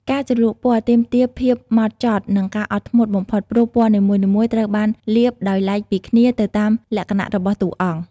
ការជ្រលក់ពណ៌ទាមទារភាពហ្មត់ចត់និងការអត់ធ្មត់បំផុតព្រោះពណ៌នីមួយៗត្រូវបានលាបដោយឡែកពីគ្នាទៅតាមលក្ខណៈរបស់តួអង្គ។